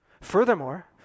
Furthermore